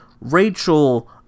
Rachel